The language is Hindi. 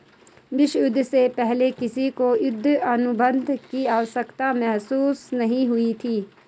विश्व युद्ध से पहले किसी को युद्ध अनुबंध की आवश्यकता महसूस नहीं हुई थी